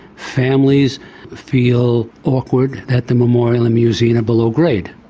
families feel awkward that the memorial and museum are below grade.